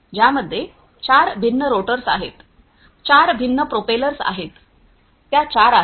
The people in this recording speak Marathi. ज्यामध्ये चार भिन्न रोटर्स आहेत चार भिन्न प्रोपेलर्स आहेत त्या चार आहेत